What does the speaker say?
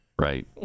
Right